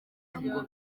ngo